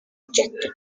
rejected